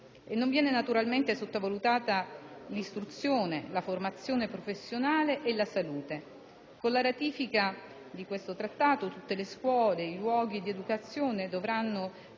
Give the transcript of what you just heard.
non vengono sottovalutate l'istruzione, la formazione professionale e la salute. Con la ratifica di questa Convenzione, tutte le scuole e i luoghi di educazione dovranno